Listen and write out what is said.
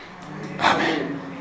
Amen